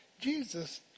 Jesus